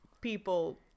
people